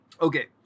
Okay